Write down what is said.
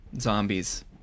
Zombies